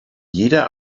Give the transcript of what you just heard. jeder